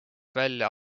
välja